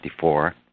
1954